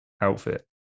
outfit